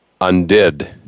undid